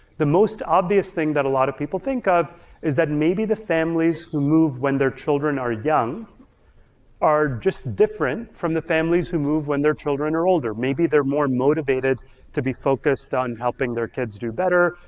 the most obvious thing that a lot of people think of is that maybe the families who move when their children are young are just different from the families who move when their children are older. maybe they're more motivated to be focused on helping their kids do better,